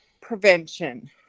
prevention